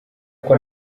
uko